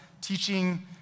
teaching